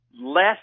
less